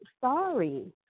sorry